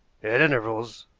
at intervals,